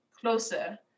closer